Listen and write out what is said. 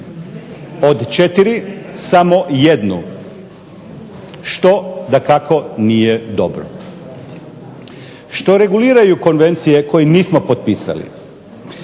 Od 4 samo 1, što dakako nije dobro. Što reguliraju konvencije koje nismo potpisali?